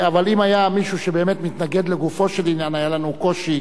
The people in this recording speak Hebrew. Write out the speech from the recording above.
אבל אם היה מישהו שבאמת מתנגד לגופו של עניין היה לנו קושי,